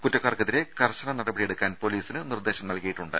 കുറ്റക്കാർക്കെതിരെ കർശന നടപടിയെടുക്കാൻ പൊലീസിന് നിർദേശം നൽകിയിട്ടുണ്ട്